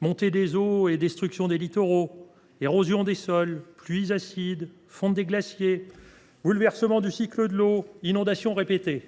montée des eaux et destruction des littoraux, érosion des sols, pluies acides, fonte des glaciers, bouleversement du cycle de l’eau, inondations répétées…